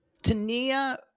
Tania